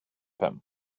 him